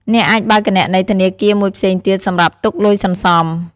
អ្នកអាចបើកគណនីធនាគារមួយផ្សេងទៀតសម្រាប់ទុកលុយសន្សំ។